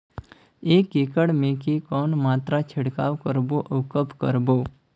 एक एकड़ मे के कौन मात्रा छिड़काव करबो अउ कब करबो?